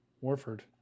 Warford